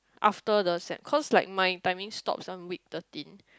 after the sem cause like my timing stop some week thirteen